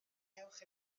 ewch